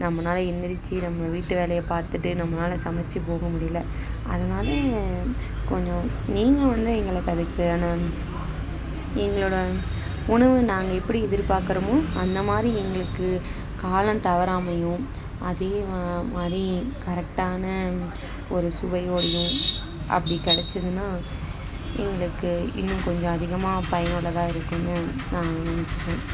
நம்மனால எழுந்திரிச்சி நம்ம வீட்டு வேலைய பார்த்துட்டு நம்மனால சமைச்சி போக முடியல அதனால கொஞ்சம் நீங்கள் வந்து எங்களுக்கு அதுக்கான எங்களோட உணவு நாங்கள் எப்படி எதிர்பாக்குறோமோ அந்தமாதிரி எங்களுக்கு காலம் தவறாமையும் அதேமாதிரி கரெக்டான ஒரு சுவையோடையும் அப்படி கிடச்சிதுனா எங்களுக்கு இன்னும் கொஞ்சம் அதிகமாக பயனுள்ளதாக இருக்கும்னு நாங்கள் நினச்சிப்போம்